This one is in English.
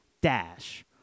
dash